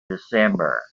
december